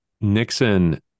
Nixon